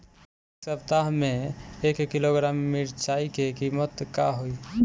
एह सप्ताह मे एक किलोग्राम मिरचाई के किमत का होई?